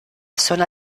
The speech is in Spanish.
zona